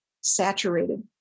saturated